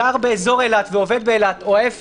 זה בעצם